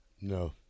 No